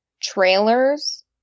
trailers